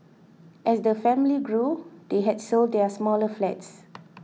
as the family grew they had sold their smaller flats